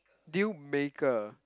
deal maker